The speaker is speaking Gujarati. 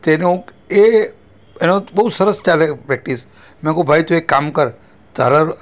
તેને હું એ એનો બહુ સરસ ચાલે કે પ્રેક્ટિસ મેં કહ્યું ભાઈ તું એક કામ કર તારા